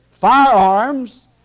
Firearms